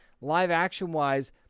live-action-wise